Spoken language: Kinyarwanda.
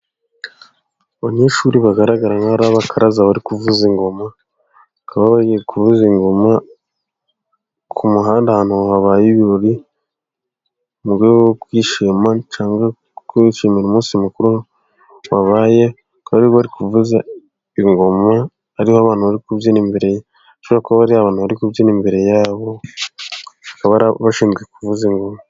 Abanyeshuri bagaragara nkahori abakaraza bari kuvuza ingoma, bakabagiye kuvuza ingoma ku muhanda, ahantu habaye ibirori murwego rwo kwishima, cyangwa se kwishimira umunsi mukuru wabaye, kori wari kuvuza ingoma ariho abana bari kubyina imbere, kubera ko hri abantu bari kubyina imbere yabo bakaba bashinzwe kuvuza ingoma.